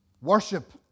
worship